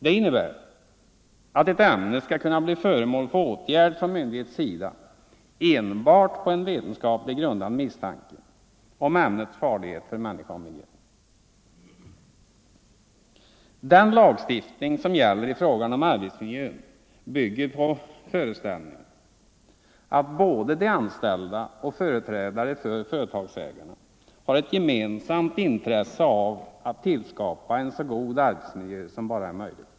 Det innebär att ett ämne skall kunna bli föremål för åtgärd från myndighets sida enbart på en vetenskapligt grundad misstanke om ämnets farlighet för människa och miljö. Den lagstiftning som gäller i fråga om arbetsmiljön bygger på föreställningen att både de anställda och företrädare för företagsägarna har ett gemensamt intresse av att tillskapa en så god arbetsmiljö som bara är möjligt.